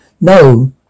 No